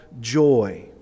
joy